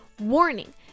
Warning